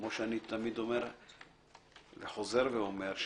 כפי שאני תמיד חוזר ואומר,